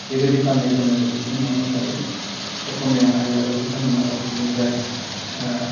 बेबायदि गान्नाय जोमनायजों बिथांमोना मोसायो अस'मिया हारियाबो बिथांमोना गावसोरनि जाय